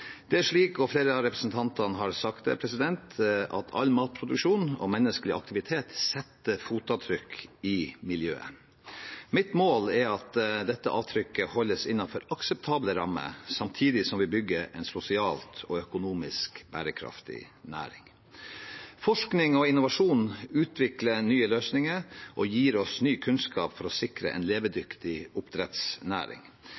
Det er slik, og flere av representantene har sagt det, at all matproduksjon og menneskelig aktivitet setter fotavtrykk i miljøet. Mitt mål er at dette avtrykket holdes innenfor akseptable rammer, samtidig som vi bygger en sosialt og økonomisk bærekraftig næring. Forskning og innovasjon utvikler nye løsninger og gir oss ny kunnskap for å sikre en